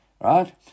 Right